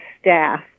staff